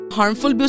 harmful